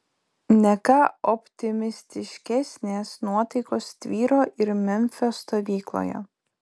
ne ką optimistiškesnės nuotaikos tvyro ir memfio stovykloje